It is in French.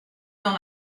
dans